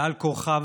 בעל כורחם,